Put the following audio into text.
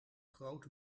groot